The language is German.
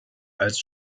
als